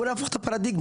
בואו נהפוך את הפרדיגמה.